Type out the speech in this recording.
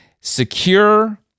secure